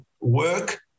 work